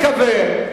אני מקווה,